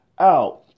out